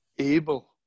able